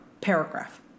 paragraph